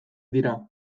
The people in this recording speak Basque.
dira